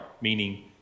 meaning